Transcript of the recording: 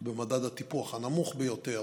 במדד הטיפוח הנמוך ביותר,